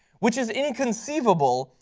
which is inconceivable,